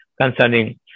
concerning